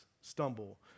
stumble